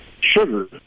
Sugar